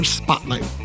spotlight